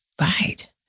Right